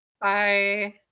Bye